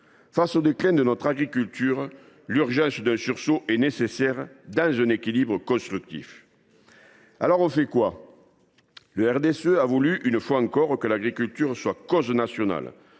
Face au déclin de notre agriculture, l’urgence d’un sursaut est nécessaire, dans un équilibre constructif. Que faire, donc ? Le RDSE a voulu, une fois encore, que l’agriculture soit cause nationale.